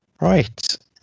right